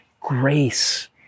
Grace